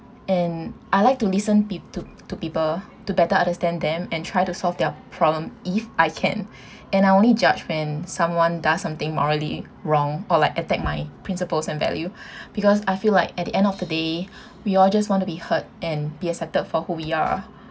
and I like to listen pe~ to to people to better understand them and try to solve their problem if I can and I only judge when someone does something morally wrong or like attack my principles and value because I feel like at the end of the day we all just wanna be heard and be accepted for who we are